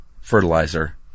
fertilizer